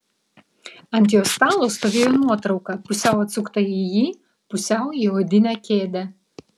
ant jo stalo stovėjo nuotrauka pusiau atsukta į jį pusiau į odinę kėdę